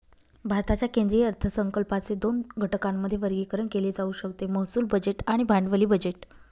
भारताच्या केंद्रीय अर्थसंकल्पाचे दोन घटकांमध्ये वर्गीकरण केले जाऊ शकते महसूल बजेट आणि भांडवली बजेट